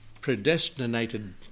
predestinated